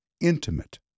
intimate